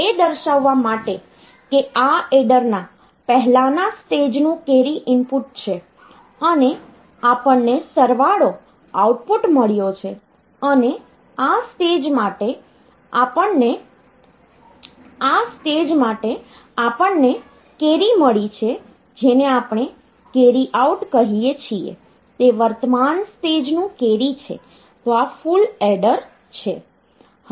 એ દર્શાવવા માટે કે આ એડરના પહેલાના સ્ટેજનું કેરી ઇનપુટ છે અને આપણને સરવાળો આઉટપુટ મળ્યો છે અને આ સ્ટેજ માટે આપણને કેરી મળી છે જેને આપણે કેરી આઉટ કહીએ છીએ તે વર્તમાન સ્ટેજનું કેરી છે તો આ ફુલ એડર છે